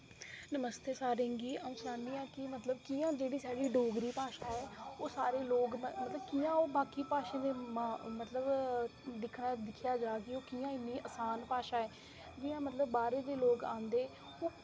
नमस्ते सारें गी ते अ'ऊं सनान्नी आं कि मतलब कि'यां साढ़ी डोगरी भाशा ऐ ते ओह् सारे लोग मतलब कि'यां बाकी भाशाएं दे मतलब दिक्खना दिक्खेआ जा कि ओह् कि'यां इन्नी आसान भाशा ऐ कि जि'यां मतलब बाह्रै दे लोग औंदे